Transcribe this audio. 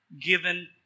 given